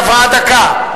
עברה דקה.